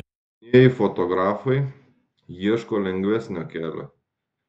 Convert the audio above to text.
jaunieji fotografai ieško lengvesnio kelio